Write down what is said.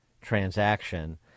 transaction